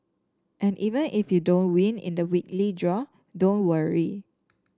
and even if you don't win in the weekly draw don't worry